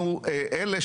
אני רוצה